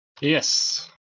Yes